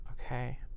Okay